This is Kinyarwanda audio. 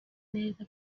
neza